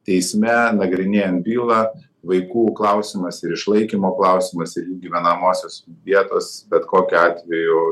teisme nagrinėjant bylą vaikų klausimas ir išlaikymo klausimas ir gyvenamosios vietos bet kokiu atveju